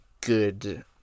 good